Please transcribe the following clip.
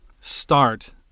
start